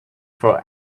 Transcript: for